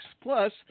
Plus